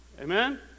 Amen